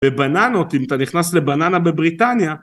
בבננות, אם אתה נכנס לבננה בבריטניה